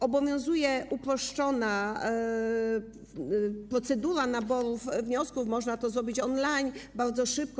Obowiązuje uproszczona procedura naboru wniosków, można to zrobić on-line bardzo szybko.